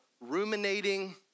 ruminating